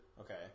Okay